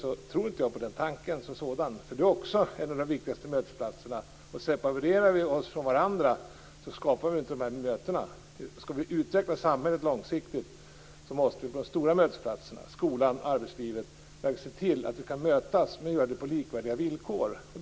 Jag tror inte på den tanken som sådan. Arbetslivet är nämligen en av de viktigaste mötesplatserna. Separerar vi oss från varandra skapas inte de här mötena. Skall vi utveckla samhället långsiktigt måste vi på de stora mötesplatserna som arbetslivet och skolan börja se till att vi kan mötas, och göra det på likvärdiga villkor.